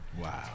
Wow